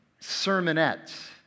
sermonettes